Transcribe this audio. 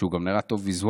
שהוא גם נראה טוב ויזואלית,